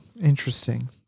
Interesting